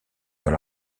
dans